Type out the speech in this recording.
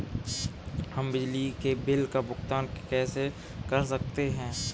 हम बिजली के बिल का भुगतान कैसे कर सकते हैं?